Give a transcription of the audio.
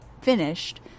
finished